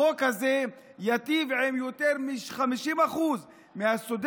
החוק הזה ייטיב עם יותר מ-50% מהסטודנטים